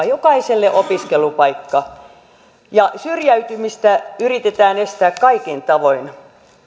jokaiselle opiskelupaikka ja syrjäytymistä yritetään estää kaikin tavoin